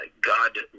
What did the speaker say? God